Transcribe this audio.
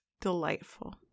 delightful